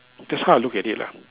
that's how I look at it lah